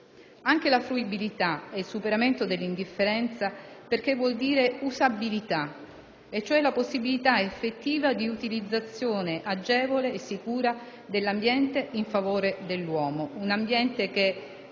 Anche la fruibilità è il superamento dell'indifferenza, perché vuol dire "usabilità", cioè la possibilità effettiva di utilizzazione agevole e sicura dell'ambiente in favore dell'uomo, un ambiente che